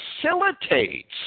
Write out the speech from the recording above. facilitates